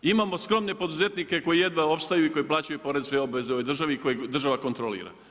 I imamo skromne poduzetnike koji jedva opstaju i koji plaćaju porezne obveze u ovoj državi i koje država kontrolira.